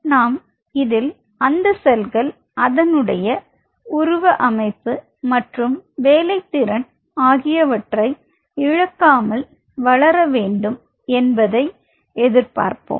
நாம் இதில் அந்த செல்கள் அதனுடைய உருவ அமைப்பு மற்றும் வேலைத்திறன் ஆகியவற்றை இழக்காமல் வளர வேண்டும் என்பதே எதிர்பார்ப்போம்